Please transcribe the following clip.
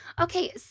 Okay